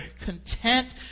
content